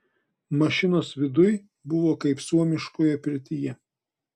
mašinos viduj buvo kaip suomiškoje pirtyje